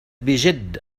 بجد